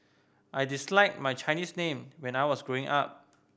I disliked my Chinese name when I was growing up